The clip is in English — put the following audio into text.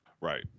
Right